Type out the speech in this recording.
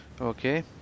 Okay